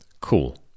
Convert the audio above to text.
cool